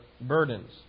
burdens